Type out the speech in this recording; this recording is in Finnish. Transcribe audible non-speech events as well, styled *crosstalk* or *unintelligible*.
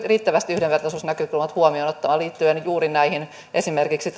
*unintelligible* riittävästi yhdenvertaisuusnäkökulmat huomioon ottava liittyen esimerkiksi *unintelligible*